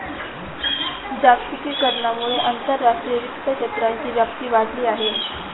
जागतिकीकरणामुळे आंतरराष्ट्रीय वित्त क्षेत्राची व्याप्ती वाढली आहे